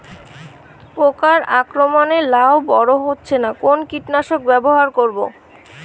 পোকার আক্রমণ এ লাউ বড় হচ্ছে না কোন কীটনাশক ব্যবহার করব?